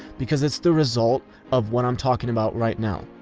because it's the results of what i'm talking about right now.